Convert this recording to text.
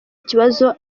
ikibazo